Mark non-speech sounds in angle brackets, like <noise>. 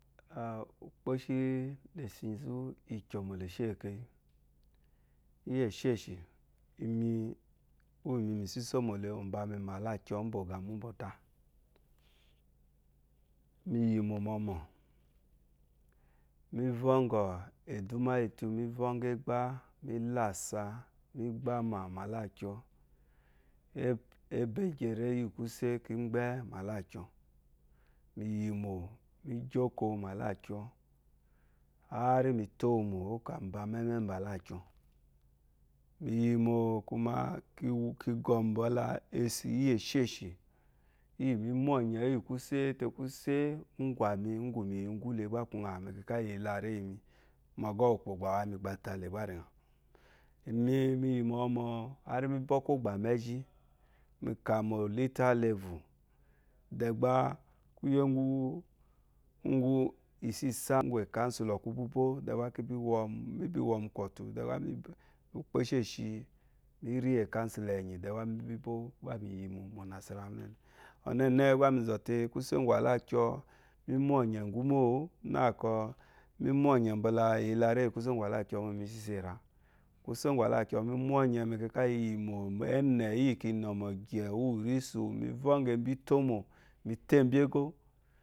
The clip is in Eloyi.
<hesitation> úkpóshí leshizu ìkyómó íyéshíshí léshé lishé kèyé ímè ùmba miyi mísísó mólè mbálá úmálà kyò úbɔ g``mú ùkògbà míyì mómómó mi vɔ ngɔ ɛdù má ìyí tú mí vɔgɔ ɛgbá mìlá sá mì gbámá màlákyò "e” ókóòtó óló mù kúsé bí gbá árígí mítò wú mò òkó áwù akúmé mbá kálákyo imi mingɔ mbale ɛsóíyé shéshi áyímí mɔnyé íyí kúsé ngɔ gú mgbá míyí láréyilé ìmí miyé mõ mó áyí mí bwɔ kó gbà mé gì míká mé litá level dè gbá isi sá má iyi council kísílo íbì dé gbá mí wó gbá mi ri ékásíló màle ɔnéné gbami zóté kusé ngɔ álákyó mé mó nyé gùmó nako mimõnyé mba iyi làré yi ìyì kùsé ngɔ làkyómó mí sísó íyí rá kúsé ngɔ lakyo ɛnéné má iyi kínè mógyé wù résù li vonge ete mo le nbonge eto